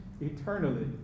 eternally